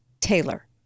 Taylor